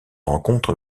rencontre